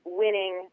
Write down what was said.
winning